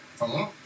Hello